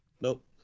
Nope